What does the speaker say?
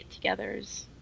get-togethers